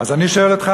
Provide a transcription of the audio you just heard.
אז אני שואל אותך,